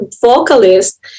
vocalist